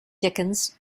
dickens